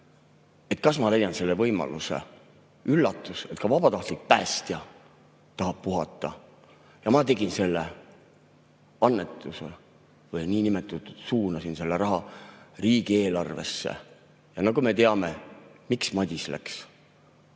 et kas ma leian selle võimaluse. Üllatus, et ka vabatahtlik päästja tahab puhata! Ja ma tegin selle annetuse või suunasin selle raha riigieelarvesse. Ja nagu me teame, miks Madis läks.